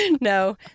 No